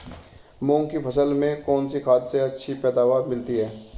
मूंग की फसल में कौनसी खाद से अच्छी पैदावार मिलती है?